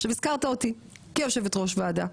עכשיו הזכרת אותי כיושבת ראש ועדה,